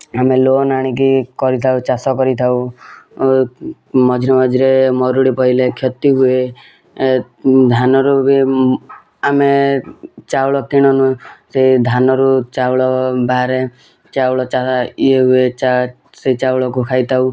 ଆମେ ଲୋନ୍ ଆଣିକି କରିଥାଉ ଚାଷ କରିଥାଉ ମଝିରେ ମଝିରେ ମରୁଡ଼ି ପଇଲେ କ୍ଷତିହୁଏ ଧାନରୁ ବି ଆମେ ଚାଉଳ କିଣୁନୁ ସେଇ ଧାନରୁ ଚାଉଳ ବାହାରେ ଚାଉଳ ଚାରା ଇଏ ହୁଏ ଚା ସେଇ ଚାଉଳକୁ ଖାଇଥାଉ